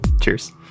Cheers